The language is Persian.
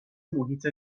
محیط